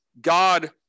God